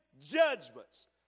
judgments